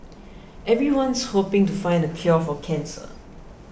everyone's hoping to find the cure for cancer